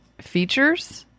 features